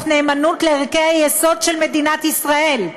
נאמנות לערכי היסוד של מדינת ישראל.